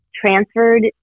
transferred